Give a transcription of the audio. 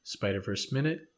SpiderVerseMinute